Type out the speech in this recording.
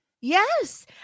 Yes